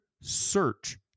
search